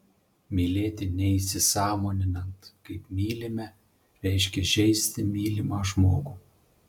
mylėti neįsisąmoninant kaip mylime reiškia žeisti mylimą žmogų